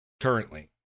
currently